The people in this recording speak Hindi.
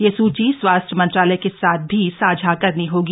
यह सूची स्वास्थ्य मंत्रालय के साथ भी साझा करनी होगी